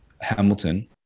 Hamilton